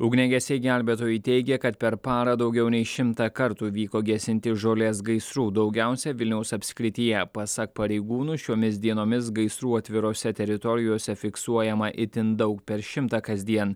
ugniagesiai gelbėtojai teigė kad per parą daugiau nei šimtą kartų vyko gesinti žolės gaisrų daugiausia vilniaus apskrityje pasak pareigūnų šiomis dienomis gaisrų atvirose teritorijose fiksuojama itin daug per šimtą kasdien